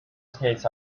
skates